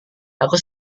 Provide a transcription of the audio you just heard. aku